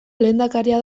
lehendakaria